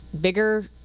bigger